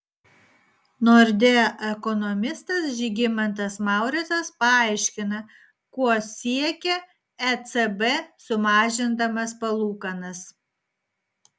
nordea ekonomistas žygimantas mauricas paaiškina ko siekė ecb sumažindamas palūkanas